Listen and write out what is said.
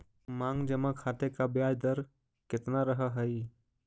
मांग जमा खाते का ब्याज दर केतना रहअ हई